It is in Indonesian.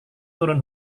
turun